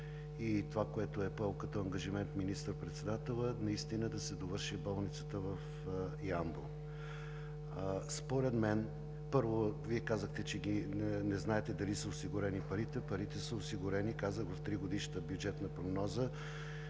и това, което е поел като ангажимент министър-председателят, наистина да се довърши болницата в Ямбол. Първо Вие казахте, че не знаете дали са осигурени парите. Парите са осигурени, казах, в Тригодишната бюджетна прогноза